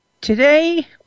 Today